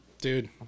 Dude